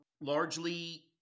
largely